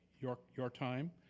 your your time,